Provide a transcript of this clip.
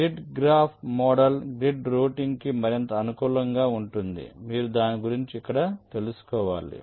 grid graph model grid routing కి మరింత అనుకూలంగా ఉంటుంది మీరు దాని గురించి ఇక్కడ తెలుసుకోవాలి